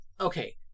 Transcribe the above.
Okay